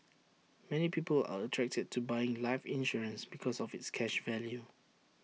many people are attracted to buying life insurance because of its cash value